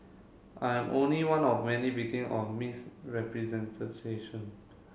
I am only one of many victim of misrepresentation